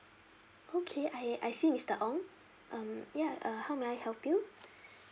okay I I see mister ong um ya uh how may I help you